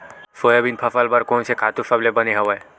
Soybean फसल बर कोन से खातु सबले बने हवय?